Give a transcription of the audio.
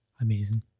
amazing